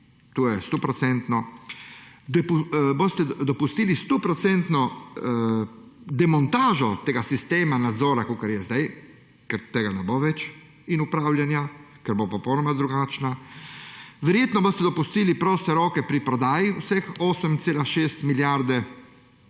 Stoprocentno boste dopustili demontažo tega sistema nadzora, kakor je zdaj, ker tega ne bo več, in upravljanja, ker bo popolnoma drugačno. Verjetno boste dopustili proste roke pri prodaji vseh 8,4 milijarde,